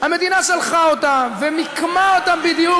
המדינה שלחה אותם ומיקמה אותם בדיוק,